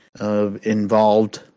involved